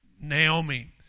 Naomi